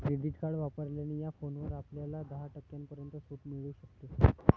credit card वापरल्याने या फोनवर आपल्याला दहा टक्क्यांपर्यंत सूट मिळू शकते